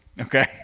Okay